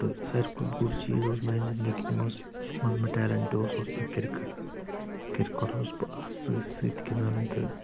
تہٕ ساروٕے کھۄتہٕ بوٚڑ چیٖز اوس میانہِ زندگی منٛز یتھ منٛز مےٚ ٹیلینٹ اوس سُہ اوسُس مےٚ کرکٹ کرکٹ اوسس بہٕ اتھ سۭتۍ سۭتۍ گِنٛدان تہٕ